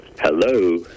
Hello